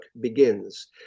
begins